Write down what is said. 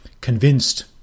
Convinced